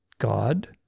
God